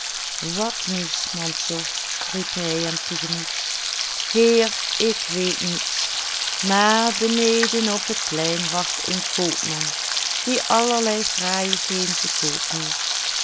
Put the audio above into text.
wat nieuws mansor riep hij hem te gemoet heer ik weet niets maar beneden op het plein wacht een koopman die allerlei fraaijigheden te koop heeft